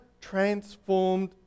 transformed